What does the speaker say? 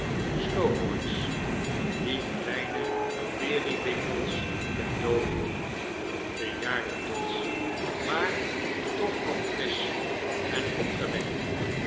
ouderlooze slowboys die kleine peerybingles ten doop hielden bejaarde dots maar tooh nog frisch en opgewekt